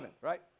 right